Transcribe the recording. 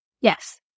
Yes